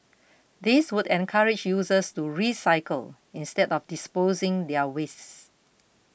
this would encourage users to recycle instead of disposing their wastes